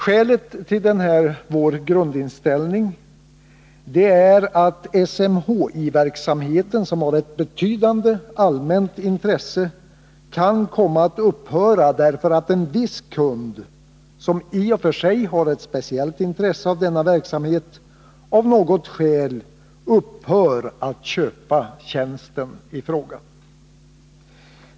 Skälet till denna vår grundinställning är att SMHI-verksamhet som har ett betydande allmänt intresse kan komma att upphöra därför att en viss kund, som i och för sig har ett speciellt intresse av denna verksamhet, av något skäl upphör att köpa tjänsten i fråga.